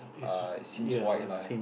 err seems white lah